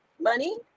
money